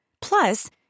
Plus